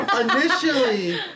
initially